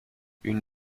une